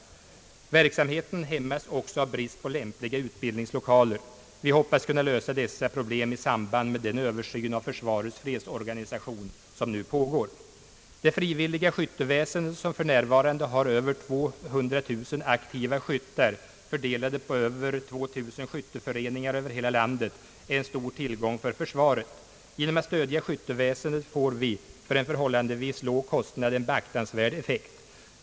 Verksamheten hämmas också av brist på lämpliga utbildningslokaler. Vi hoppas kunna lösa dessa problem i samband med den översyn av försvarets fredsorganisation som nu pågår. Det frivilliga skytteväsendet, som för närvarande har över 200000 aktiva skyttar, fördelade på över 2 000 skytteföreningar över hela landet, är en stor tillgång för försvaret. Genom att stödja skytteväsendet får vi, för en förhållandevis låg kostnad, en beaktansvärd effekt.